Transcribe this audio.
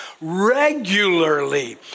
regularly